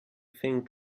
think